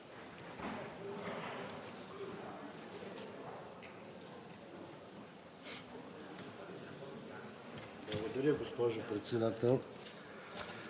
Благодаря, госпожо Председател.